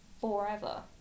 forever